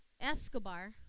Escobar